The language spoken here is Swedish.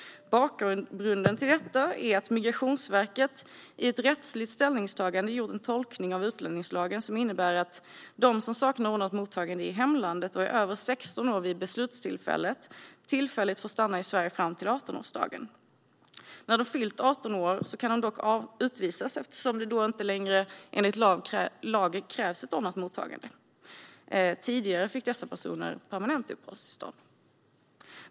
Bakgrunden till detta är att Migrationsverket i ett rättsligt ställningstagande gjort en tolkning av utlänningslagen som innebär att de som saknar ett ordnat mottagande i hemlandet och är över 16 år vid beslutstillfället tillfälligt får stanna i Sverige fram till 18-årsdagen. När de har fyllt 18 år kan de dock utvisas eftersom det då enligt lag inte längre krävs ett ordnat mottagande. Tidigare fick dessa personer permanent uppehållstillstånd.